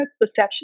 perception